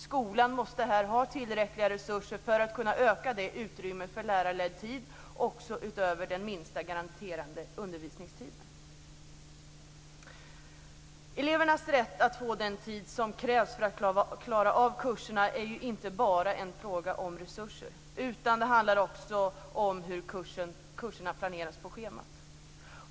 Skolan måste här ha tillräckliga resurser för att kunna öka utrymmet för lärarledd tid också utöver den minsta garanterade undervisningstiden. Elevernas rätt att få den tid som krävs för att klara av kurserna är inte bara en fråga om resurser, utan det handlar också om hur kurserna planeras på schemat.